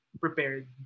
prepared